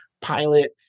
pilot